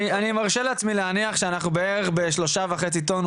אני מרשה לעצמי להניח שאנחנו בערך בשלושה וחצי טון,